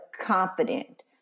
confident